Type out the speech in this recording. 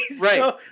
Right